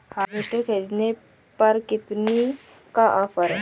Harvester ख़रीदने पर कितनी का ऑफर है?